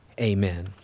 amen